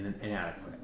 inadequate